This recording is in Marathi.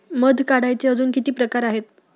मध काढायचे अजून किती प्रकार आहेत?